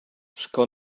sco